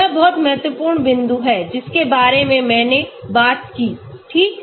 यह बहुत महत्वपूर्ण बिंदु है जिसके बारे में मैंने बात कीठीक